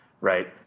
right